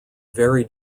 very